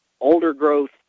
older-growth